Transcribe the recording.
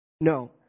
No